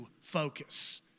focus